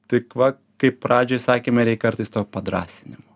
tik va kaip pradžioj sakėme reik kartais to padrąsinimo